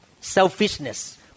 Selfishness